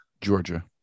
Georgia